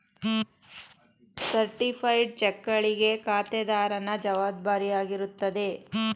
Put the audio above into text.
certified ಚೆಕ್ಗಳಿಗೆ ಖಾತೆದಾರನ ಜವಾಬ್ದಾರಿಯಾಗಿರುತ್ತದೆ